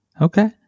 Okay